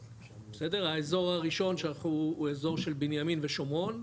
האזור הראשון הוא אזור של בנימין ושומרון,